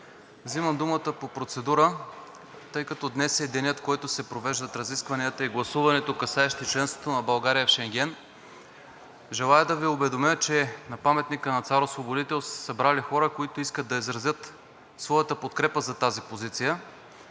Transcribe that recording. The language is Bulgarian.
Взимам думата по процедура. Тъй като днес е денят, в който се провеждат разискванията и гласуването, касаещи членството на България в Шенген. Желая да Ви уведомя, че на паметника на „Цар Освободител“ са се събрали хора, които искат да изразят своята подкрепа за тази позиция,